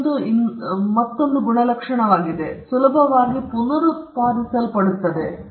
ಇದೀಗ ಇದು ಮತ್ತೊಂದು ಲಕ್ಷಣವಾಗಿದೆ ಅದು ಸುಲಭವಾಗಿ ಪುನರುತ್ಪಾದಿಸಲ್ಪಡುತ್ತದೆ